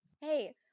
Hey